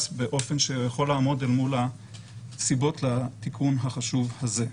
באופן שיכול לעמוד אל מול הסיבות לתיקון החשוב הזה.